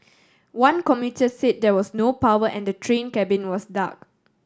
one commuter say there was no power and the train cabin was dark